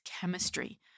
chemistry